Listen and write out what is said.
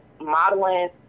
modeling